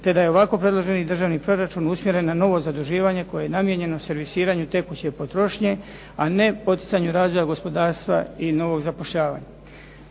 te da je ovako predloženi državni proračun usmjeren na novo zaduživanje koje je namijenjeno servisiranju tekuće potrošnje a ne poticanju razvoja gospodarstva i novog zapošljavanja.